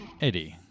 Eddie